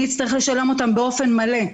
אני אצטרך לשלם אותן באופן מלא,